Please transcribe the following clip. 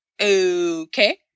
okay